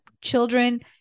children